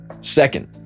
Second